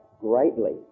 greatly